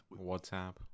WhatsApp